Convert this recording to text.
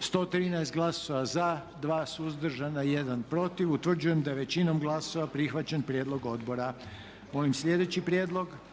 99 glasova za, 16 suzdržanih, 1 protiv. Utvrđujem da je većinom glasova donesen predloženi zaključak. Mi bismo